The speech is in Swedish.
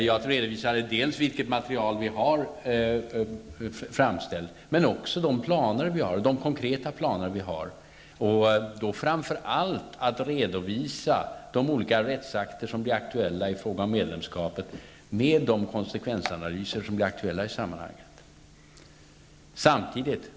Jag redovisade dels vilket material som finns framställt, dels de konkreta planer som vi har, framför allt planer på att redovisa de olika rättsakter och de konsekvensanalyser som blir aktuella i samband med medlemskapet.